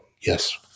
yes